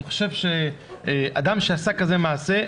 אני חושב שאדם שעשה כזה מעשה,